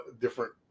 different